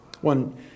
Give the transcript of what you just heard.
One